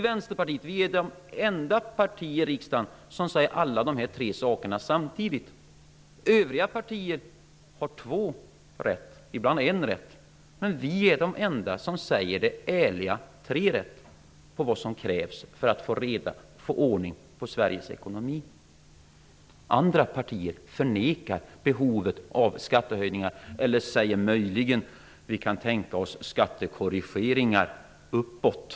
Vänsterpartiet är det enda parti i riksdagen som säger att alla dessa tre saker behövs samtidigt. Övriga partier har två rätt, ibland ett rätt. Vi är de enda som har tre rätt, som säger det ärliga om vad som krävs för att få ordning på Andra partier förnekar behovet av skattehöjningar eller säger möjligen: Vi kan tänka oss skattekorrigeringar, uppåt.